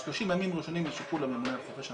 30 הימים הראשונים הם לשיקול הממונה על חופש המידע,